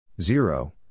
zero